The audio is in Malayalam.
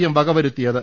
എം വകവരുത്തിയത്